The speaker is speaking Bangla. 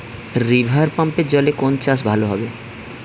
রিভারপাম্পের জলে কোন চাষ ভালো হবে?